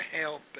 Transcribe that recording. help